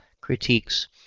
critiques